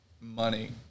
money